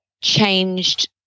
changed